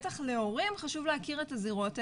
בטח להורים חשוב להכיר את הזירות האלו,